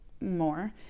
more